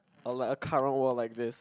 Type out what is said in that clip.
or like a current world like this